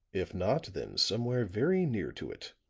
if not, then somewhere very near to it.